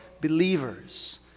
believers